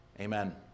Amen